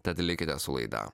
tad likite su laida